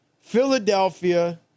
Philadelphia